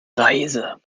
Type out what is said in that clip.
reise